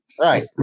Right